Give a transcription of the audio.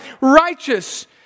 righteous